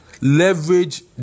Leverage